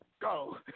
Go